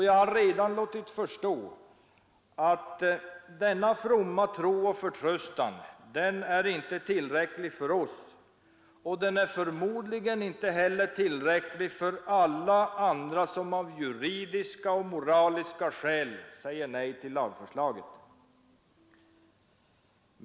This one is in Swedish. Jag har redan låtit förstå att denna fromma tro och förtröstan inte är tillräcklig för oss och förmodligen inte heller för alla andra som av juridiska och moraliska skäl säger nej till lagförslaget.